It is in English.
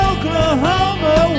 Oklahoma